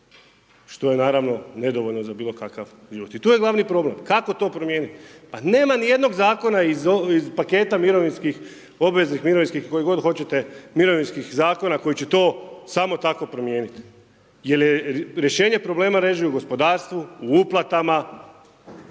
što je naravno nedovoljno za bilo kakav život i tu je glavni problem. kako to promijenit? Pa nema nijednog zakona iz paketa mirovinskih, obveznih mirovinskih, koji god hoćete mirovinskih zakona koji će to samo tako promijenit jer rješenje problema leži u gospodarstvu, u uplatama,